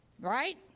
right